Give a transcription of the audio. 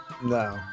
No